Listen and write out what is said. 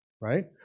Right